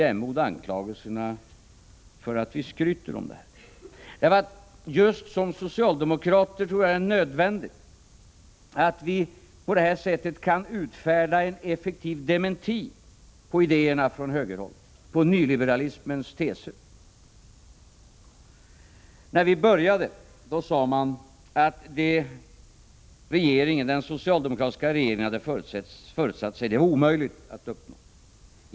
Jag tar anklagelserna för att vi skryter om det här med jämnmod. Såsom varande socialdemokrater tror jag att det är nödvändigt att vi på det här sättet kan utfärda en effektiv dementi på idéerna från högerhåll och på nyliberalismens teser. När vi började regera sade man att det som den socialdemokratiska regeringen hade föresatt sig var omöjligt att uppnå.